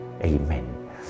Amen